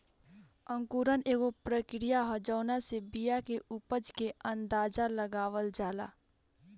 अंकुरण एगो प्रक्रिया ह जावना से बिया के उपज के अंदाज़ा लगावल जाला